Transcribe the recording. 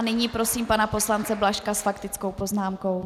Nyní prosím pana poslance Blažka s faktickou poznámkou.